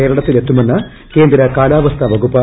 കേരളത്തിലെത്തുമെന്ന് കേന്ദ്ര കാലാവസ്ഥാ വകുപ്പ്